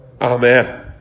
Amen